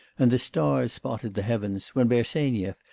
and the stars spotted the heavens, when bersenyev,